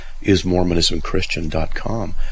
ismormonismchristian.com